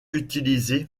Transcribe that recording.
utilisé